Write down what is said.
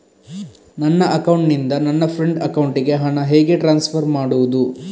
ನನ್ನ ಅಕೌಂಟಿನಿಂದ ನನ್ನ ಫ್ರೆಂಡ್ ಅಕೌಂಟಿಗೆ ಹಣ ಹೇಗೆ ಟ್ರಾನ್ಸ್ಫರ್ ಮಾಡುವುದು?